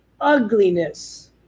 ugliness